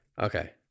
okay